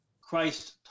Christ